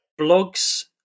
Blogs